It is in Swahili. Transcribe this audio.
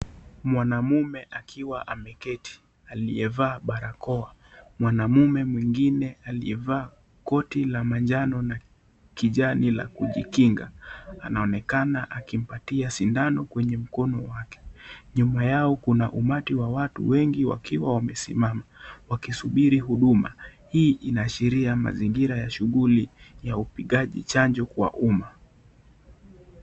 Mwanaume akiwa ameketi aliyevaa barakoa. Mwanaume mwengine aliyevaa koti la manjano na kijani la kujikinga, anaonekana akimpatia sindano kwenye mkono wake. Nyuma yao kuna umati wa watu wengi wakiwa wamesimama wakisubiri huduma. Hii inaashiria mazingira ya shuguli ya upigaji chanjo kwa umma.